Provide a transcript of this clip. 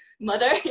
mother